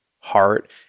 heart